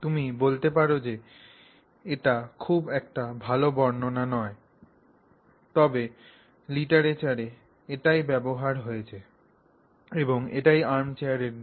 তুমি বলতে পার যে এটি খুব একটা ভাল বর্ণনা নয় তবে লিটারেচারে এটাই ব্যবহার হয়েছে এবং এটাই আর্মচেয়ার দিক